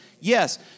Yes